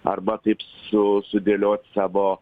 arba taip su sudėliot savo